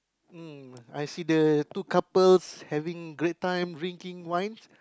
um I see the two couples having great time drinking wine